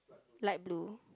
light blue